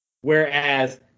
Whereas